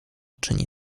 czyni